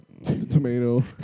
Tomato